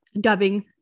dubbing